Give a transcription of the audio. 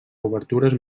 obertures